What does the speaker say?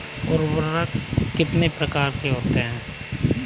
उर्वरक कितने प्रकार के होते हैं?